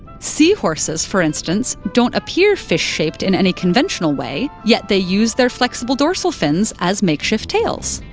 seahorses, for instance, don't appear fish-shaped in any conventional way, yet they use their flexible dorsal fins as makeshift tails.